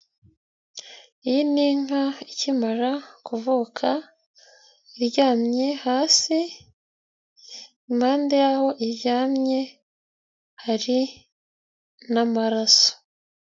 Iyi ni inka ikimara kuvuka iryamye hasi. Impande yaho iryamye hari n'amaraso.